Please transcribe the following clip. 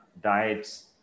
diets